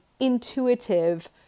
intuitive